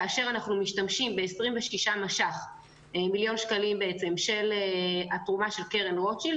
כאשר אנחנו משתמשים ב-26 מיליוני שקלים של התרומה של קרן רוטשילד